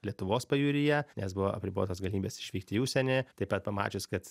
lietuvos pajūryje nes buvo apribotos galimybės išvykti į užsienį taip pat pamačius kad